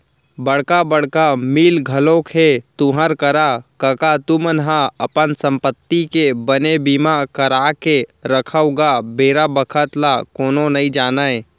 बड़का बड़का मील घलोक हे तुँहर करा कका तुमन ह अपन संपत्ति के बने बीमा करा के रखव गा बेर बखत ल कोनो नइ जानय